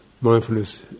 mindfulness